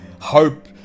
Hope